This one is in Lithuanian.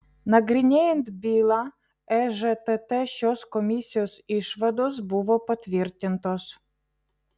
nagrinėjant bylą ežtt šios komisijos išvados buvo patvirtintos